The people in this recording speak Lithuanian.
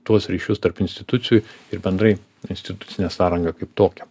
tuos ryšius tarp institucijų ir bendrai institucinę sąrangą kaip tokią